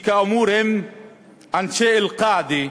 שהם כאמור אנשי "אל-קאעידה",